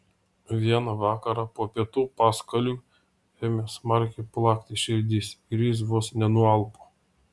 vieną vakarą po pietų paskaliui ėmė smarkiai plakti širdis ir jis vos nenualpo